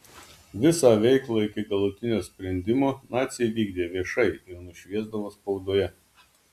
visą veiklą iki galutinio sprendimo naciai vykdė viešai ir nušviesdavo spaudoje